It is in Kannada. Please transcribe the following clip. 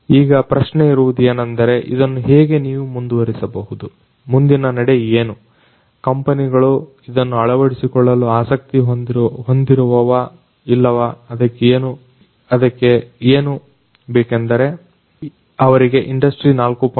ಈಗ ಪ್ರಶ್ನೆ ಇರುವುದು ಏನೆಂದರೆ ಇದನ್ನು ಹೇಗೆ ನೀವು ಮುಂದುವರಿಸಬಹುದು ಮುಂದಿನ ನಡೆ ಏನು ಕಂಪನಿಗಳು ಇದನ್ನು ಅಳವಡಿಸಿಕೊಳ್ಳಲು ಆಸಕ್ತಿ ಹೊಂದಿರುವ ಇಲ್ಲವಾ ಅದಕ್ಕೆ ಏನು ಬೇಕೆಂದರೆ ಅವರಿಗೆ ಇಂಡಸ್ಟ್ರಿ4